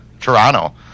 Toronto